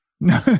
No